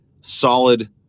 solid